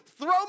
Throw